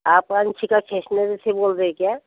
आप अंशिका इस्टेशनरी से बोल रहे हैं क्या